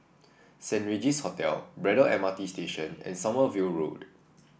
Saint Regis Hotel Braddell M R T Station and Sommerville Road